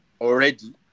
already